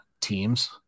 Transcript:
teams